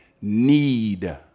Need